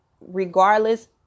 regardless